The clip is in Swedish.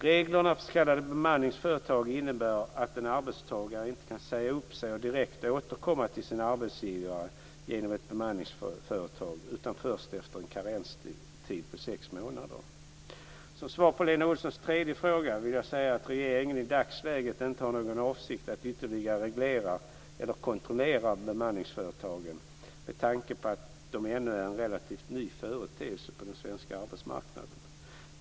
Reglerna för s.k. bemanningsföretag innebär att en arbetstagare inte kan säga upp sig och direkt återkomma till sin arbetsgivare genom ett bemanningsföretag, utan först efter en karenstid på sex månader. Som svar på Lena Olssons tredje fråga vill jag säga att regeringen i dagsläget inte har någon avsikt att ytterligare reglera eller kontrollera bemanningsföretagen med tanke på att de ännu är en relativt ny företeelse på den svenska arbetsmarknaden.